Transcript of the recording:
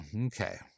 Okay